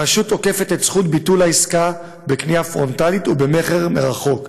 הרשות אוכפת את זכות ביטול העסקה בקנייה פרונטלית ובמכר מרחוק,